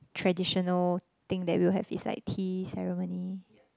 traditional thing that we'll have is like tea ceremony